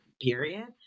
period